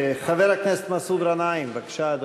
חבר הכנסת מסעוד גנאים, בבקשה,